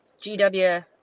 GW